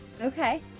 Okay